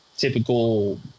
Typical